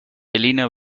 elena